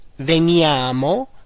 veniamo